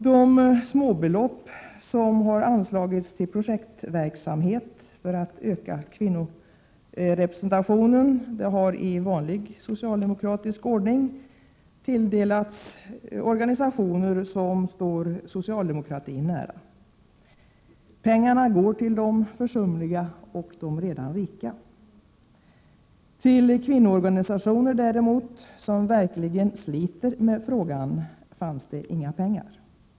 De småbelopp som anslagits till projektverksamhet för att öka kvinnorepresentationen har i vanlig socialdemokratisk ordning delats ut till organisationer som står socialdemokratin nära. Pengarna går till de försumliga och till de redan rika. Till kvinnoorganisationer som verkligen sliter med frågan fanns det däremot inga pengar.